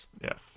Yes